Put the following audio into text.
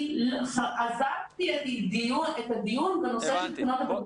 אני עזבתי את הדיון בנושא של בחינות הבגרות.